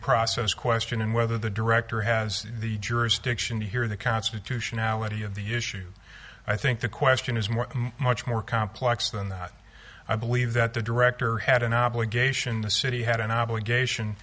process question and whether the director has the jurisdiction here in the constitutionality of the issue i think the question is more much more complex than that i believe that the director had an obligation the city had an obligation